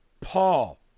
Paul